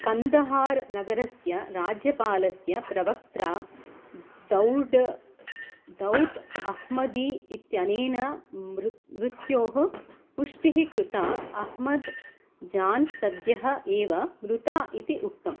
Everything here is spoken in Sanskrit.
कन्दहार् नगरस्य राज्यपालस्य प्रवक्त्रा दौद् अह्मदी इत्यनेन मृत्योः पुष्टिः कृता अह्मद् जान् सद्यः एव मृता इति उक्तम्